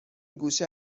گوشه